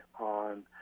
on